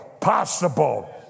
possible